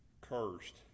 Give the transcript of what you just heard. cursed